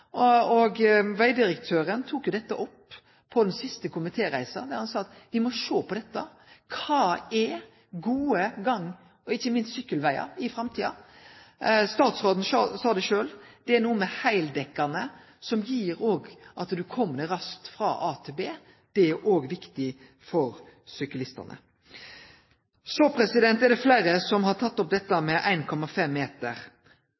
Vegdirektøren tok jo dette opp på den siste komitéreisa, der han sa at me må sjå på dette. Kva er gode gang- og sykkelvegar i framtida? Statsråden sa det sjølv: Det er noko med at det er samanhengande, som gjer at du kjem deg raskt frå A til B. Det er òg viktig for syklistane. Så er det fleire som har teke opp dette med 1,5 meter.